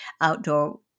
outdoor